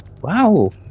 wow